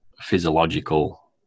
physiological